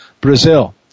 Brazil